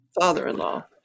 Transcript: father-in-law